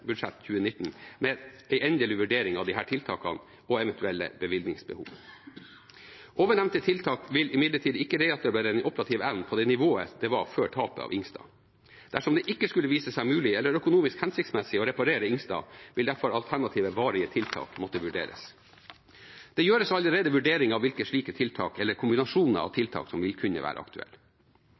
2019 med en endelig vurdering av disse tiltakene og eventuelle bevilgningsbehov. Ovennevnte tiltak vil imidlertid ikke reetablere den operative evnen på det nivået den var før tapet av «Helge Ingstad». Dersom det ikke skulle vise seg mulig eller økonomisk hensiktsmessig å reparere «Helge Ingstad», vil derfor alternative, varige tiltak måtte vurderes. Det gjøres allerede vurderinger av hvilke slike tiltak eller kombinasjoner av tiltak som vil kunne være aktuelle.